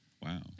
Wow